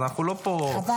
אז אנחנו לא פה --- חבל.